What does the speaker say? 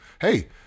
Hey